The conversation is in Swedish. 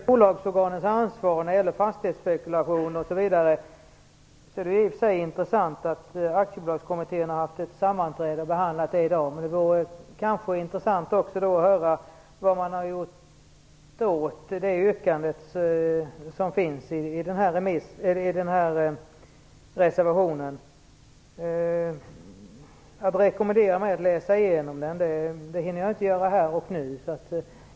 Herr talman! Det är i för sig intressant att höra att Aktiebolagskommittén i dag på ett sammanträde har behandlat frågan om bolagsorganens ansvar, fastighetsspekulationer, osv. Det vore då också intressant att höra vad man har gjort åt det yrkande som finns i den här reservationen. Carin Lundberg rekommenderar mig att läsa igenom Aktiebolagskommitténs betänkande, men det hinner jag inte göra här och nu.